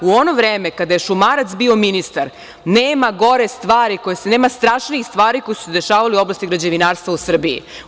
U ono vreme kada je Šumarac bio ministar nema gore stvari koja se, nema strašnijih stvari koje su se dešavale u oblasti građevinarstva u Srbiji.